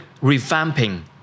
revamping